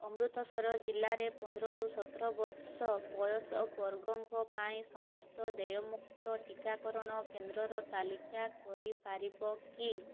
ଅମୃତସର ଜିଲ୍ଲାରେ ପନ୍ଦରରୁ ସତର ବର୍ଷ ବୟସ ବର୍ଗଙ୍କ ପାଇଁ ସମସ୍ତ ଦେୟମୁକ୍ତ ଟିକାକରଣ କେନ୍ଦ୍ରର ତାଲିକା କରିପାରିବ କି